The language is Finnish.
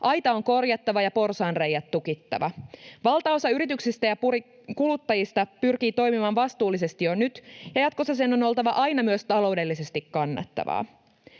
Aita on korjattava ja porsaanreiät tukittava. Valtaosa yrityksistä ja kuluttajista pyrkii toimimaan vastuullisesti jo nyt, ja jatkossa sen on oltava aina myös taloudellisesti kannattavaa.